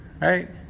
Right